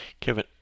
Kevin